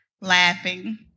laughing